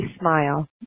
smile